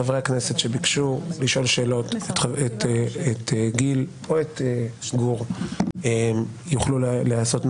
חברי הכנסת שביקשו לשאול שאלות את גיל או את גור יוכלו לעשות,